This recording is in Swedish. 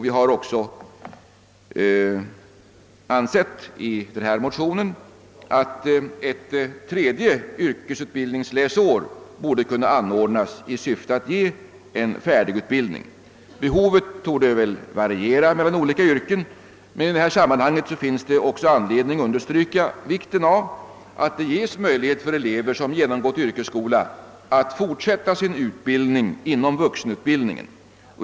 I vår motion föreslår vi att ett tredje yrkesutbildningsläsår anordnas i syfte att ge en färdigutbildning. Behovet torde variera mellan olika yrken, men i detta sammanhang finns anledning att understryka vikten av att det ges möjlighet för elever som genomgått yrkesskola att fortsätta sin utbildning inom vuxenutbildningen.